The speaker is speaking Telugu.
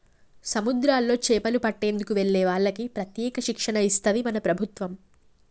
సముద్రాల్లో చేపలు పట్టేందుకు వెళ్లే వాళ్లకి ప్రత్యేక శిక్షణ ఇస్తది మన ప్రభుత్వం